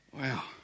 Wow